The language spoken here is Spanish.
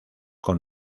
con